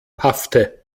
paffte